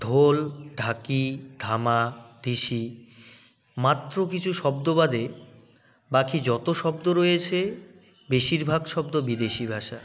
ঢোল ঢাকি ধামা দিশি মাত্র কিছু শব্দ বাদে বাকি যত শব্দ রয়েছে বেশিরভাগ শব্দ বিদেশি ভাষা